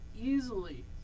easily